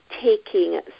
taking